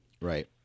Right